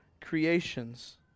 creations